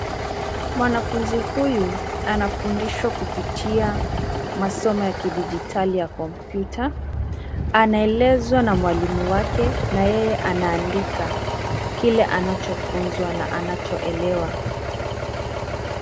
Mwanafunzi huyu anafundishwa kupitia masomo ya kidijitali ya kompyuta. Anaelezwa na mwalimu wake na yeye anaandika kile anachofunzwa na anachoelewa.